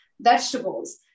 vegetables